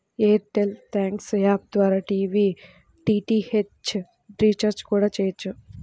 air tell thanks app ద్వారా TV DTH recharge కూడా చెయ్యొచ్చు